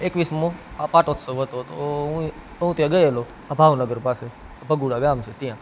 એકવીસમો આ પાટોત્સવ હતો તો હું ય હું ત્યાં ગયેલો ભાવનગર પાસે ભગુડા ગામ છે ત્યાં